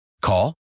Call